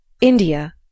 India